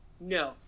No